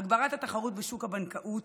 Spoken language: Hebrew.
הגברת התחרות בשוק הבנקאות,